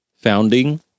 founding